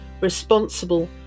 responsible